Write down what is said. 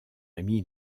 ami